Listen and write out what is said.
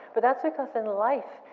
but that's because in life,